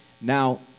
now